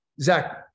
Zach